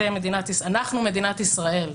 אתם זה אנחנו מדינת ישראל.